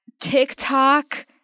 TikTok